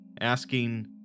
asking